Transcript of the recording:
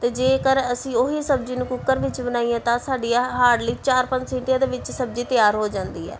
ਅਤੇ ਜੇਕਰ ਅਸੀਂ ਉਹੀ ਸਬਜ਼ੀ ਨੂੰ ਕੁੱਕਰ ਵਿੱਚ ਬਣਾਈਏ ਤਾਂ ਸਾਡੀ ਆ ਹਾਰਡਲੀ ਚਾਰ ਪੰਜ ਸੀਟੀਆਂ ਦੇ ਵਿੱਚ ਸਬਜ਼ੀ ਤਿਆਰ ਹੋ ਜਾਂਦੀ ਹੈ